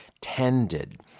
tended